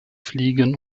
fliegen